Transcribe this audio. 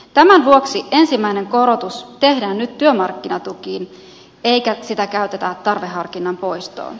tämän vuoksi ensimmäinen korotus tehdään nyt työmarkkinatukiin eikä sitä käytetä tarveharkinnan poistoon